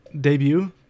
debut